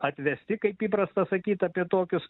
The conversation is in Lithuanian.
atvesti kaip įprasta sakyt apie tokius